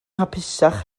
hapusach